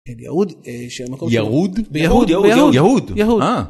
יהוד שמקום ש.., ירוד? יהוד, יהוד, יהוד, יהוד! אה.